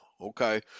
okay